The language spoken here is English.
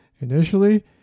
initially